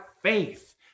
faith